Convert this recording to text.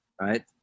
right